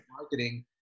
marketing